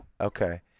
Okay